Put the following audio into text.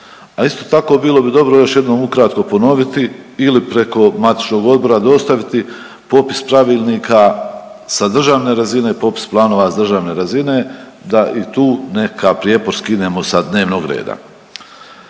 A isto tako bilo bi dobro još jednom ukratko ponoviti ili preko matičnog odbora dostaviti popis pravilnika sa državne razine, popis planova sa državne razine da i tu neki prijepor skinemo sa dnevnog reda.